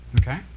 Okay